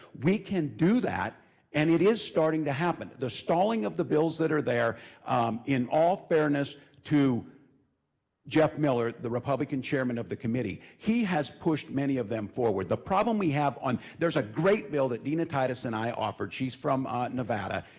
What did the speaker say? we can do that and it is starting to happen. the stalling of the bills that are there, ah in all fairness to jeff miller, the republican chairman of the committee, he has pushed many of them forward. the problem we have on, there's a great bill that nina titus and i authored, she's from ah nevada,